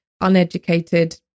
uneducated